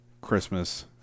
Christmas